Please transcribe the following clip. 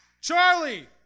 Charlie